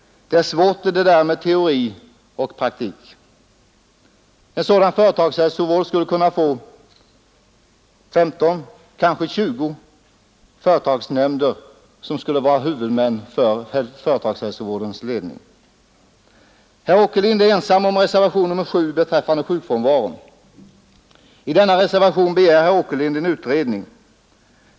Det är svårt, det där med teori och praktik! En sådan företagshälsovård skulle kunna få 15 eller 20 företagsnämnder som huvudmän. Herr Åkerlind är ensam om reservationen 7 beträffande sjukfrånvaron. I denna reservation begär herr Åkerlind en utredning.